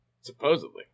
Supposedly